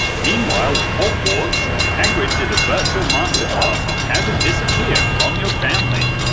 meanwhile, at hogwarts, hagrid did a virtual masterclass on how to disappear from your family.